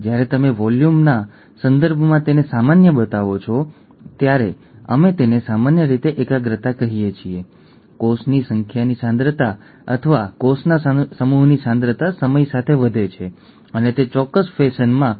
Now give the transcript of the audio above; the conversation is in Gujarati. અને આખા શરીરમાં દરેક કોષમાં સમાન જનીનો હાજર હોવાથી આનુવંશિક રોગો સમગ્ર વિશ્વમાં પ્રગટ થશે અને ત્યાં ઘણું બધું કરી શકાતું નથી તેનું સંચાલન ફક્ત કરી શકાય છે